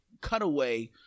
cutaway